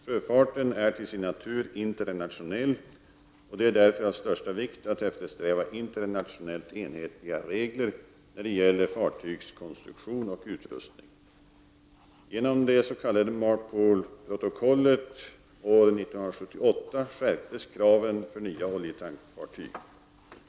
Sjöfarten är till sin natur internationell och det är därför av största vikt att eftersträva internationellt enhetliga regler när det gäller fartygs konstruktion och utrustning. Genom det s.k. MARPOL-protokollet år 1978 skärptes kraven för nya oljetankfartyg.